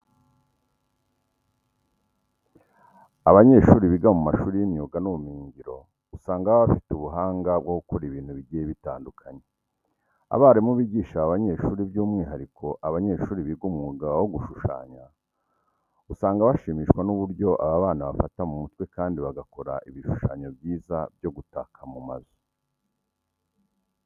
Abanyeshuri biga mu mashuri y'imyuga n'ubumenyingiro usanga baba bafite ubuhanga bwo gukora ibintu bigiye bitandukanye. Abarimu bigisha aba banyeshuri by'umwihariko abanyeshuri biga umwuga wo gushushanya, usanga bashimishwa n'uburyo aba bana bafata mu mutwe kandi bagakora ibishushanyo byiza byo gutaka mu mazu.